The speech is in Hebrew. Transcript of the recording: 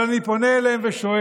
אבל אני פונה אליהם ושואל: